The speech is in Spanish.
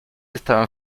estaban